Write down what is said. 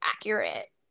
accurate